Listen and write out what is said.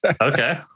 Okay